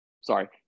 sorry